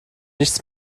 nichts